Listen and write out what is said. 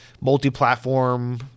multi-platform